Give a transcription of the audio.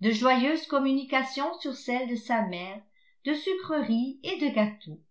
de joyeuses communications sur celles de sa mère de sucreries et de gâteaux